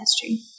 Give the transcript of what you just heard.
history